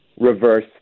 reverse